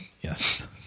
Yes